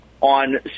on